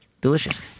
delicious